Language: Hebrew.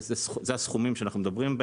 אלו הסכומים עליהם אנחנו מדברים,